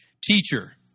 Teacher